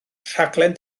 rhaglen